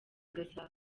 gasabo